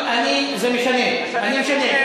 אני, אני, זה משנה, אני משנה.